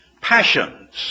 passions